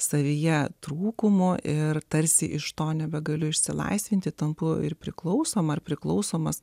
savyje trūkumo ir tarsi iš to nebegaliu išsilaisvinti tampu ir priklausoma ar priklausomas